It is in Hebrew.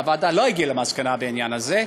הוועדה לא הגיעה למסקנה בעניין הזה,